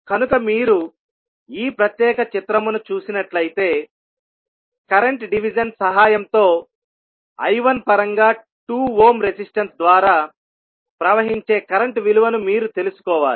కనుక మీరు ఈ ప్రత్యేక చిత్రమును చూసినట్లయితే కరెంట్ డివిజన్ సహాయంతో I1 పరంగా 2 ఓమ్ రెసిస్టన్స్ ద్వారా ప్రవహించే కరెంట్ విలువను మీరు తెలుసుకోవాలి